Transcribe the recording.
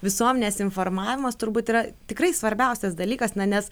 visuomenės informavimas turbūt yra tikrai svarbiausias dalykas na nes